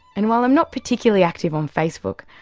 and while i'm not particularly active on facebook,